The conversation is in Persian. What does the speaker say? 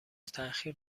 تاخیر